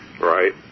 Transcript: right